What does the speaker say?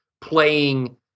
playing